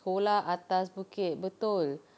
sekolah atas bukit betul